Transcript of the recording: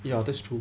ya that's true